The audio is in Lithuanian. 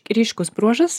ryškus bruožas